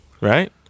right